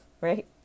right